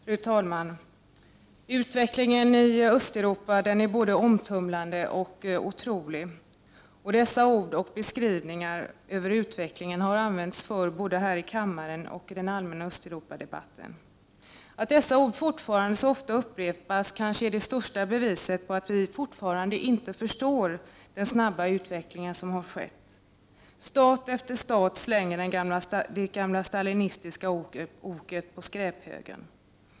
Fru talman! Utvecklingen i Östeuropa är både omtumlande och otrolig. Dessa ord och den beskrivningen över utvecklingen har använts förr, både här i kammaren och i den allmänna Östeuropadebatten. Att dessa ord så ofta upprepas är kanske det största beviset på att vi fortfarande inte förstår den snabba utveckling som sker. Stat efter stat slänger det gamla stalinistiska oket på skräphögen.